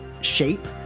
shape